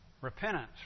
Repentance